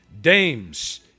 dames